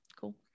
Cool